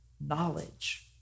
knowledge